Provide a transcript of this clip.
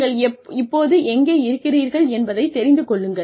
நீங்கள் இப்போது எங்கே இருக்கிறீர்கள் என்பதை தெரிந்து கொள்ளுங்கள்